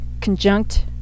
conjunct